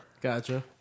Gotcha